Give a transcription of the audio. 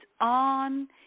on